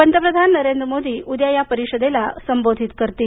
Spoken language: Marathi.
पंतप्रधान नरेंद्र मोदी उद्या या परिषदेला उद्या संबोधित करतील